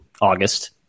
August